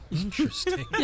Interesting